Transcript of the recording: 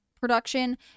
production